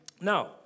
Now